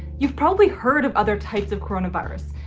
you've probably heard of other types of corona virus.